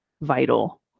vital